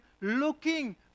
looking